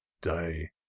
day